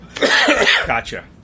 Gotcha